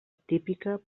típica